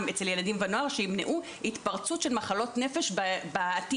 אצל ילדים ונוער שימנעו התפרצות של מחלות נפש בעתיד.